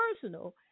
personal